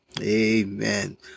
Amen